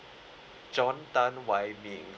john tan wai ming